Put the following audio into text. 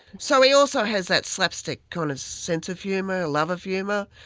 so he also has that slapstick kind of sense of humour, love of humour.